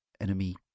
enemy